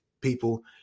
people